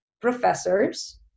professors